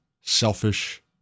selfish